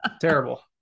terrible